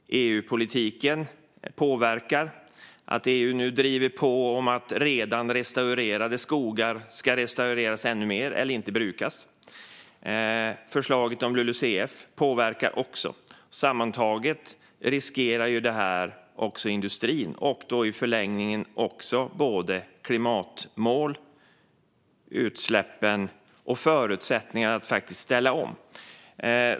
EU-politiken påverkar. EU driver nu på för att redan restaurerade skogar ska restaureras ännu mer eller inte brukas. Förslaget om LULUCF påverkar också. Sammantaget riskerar detta även industrin och i förlängningen klimatmålen, utsläppen och förutsättningarna att faktiskt ställa om.